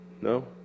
No